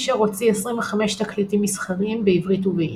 פישר הוציא 25 תקליטים מסחריים בעברית וביידיש.